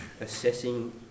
assessing